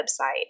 website